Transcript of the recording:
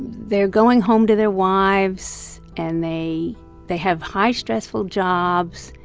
they're going home to their wives. and they they have high, stressful jobs,